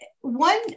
one